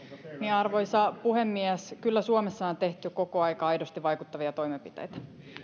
arvoisa puhemies kyllä suomessa on tehty koko ajan aidosti vaikuttavia toimenpiteitä